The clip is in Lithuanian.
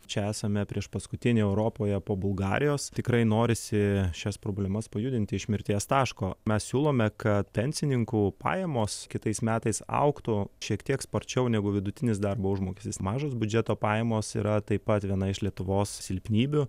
čia esame priešpaskutiniai europoje po bulgarijos tikrai norisi šias problemas pajudinti iš mirties taško mes siūlome kad pensininkų pajamos kitais metais augtų šiek tiek sparčiau negu vidutinis darbo užmokestis mažos biudžeto pajamos yra taip pat viena iš lietuvos silpnybių